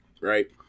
right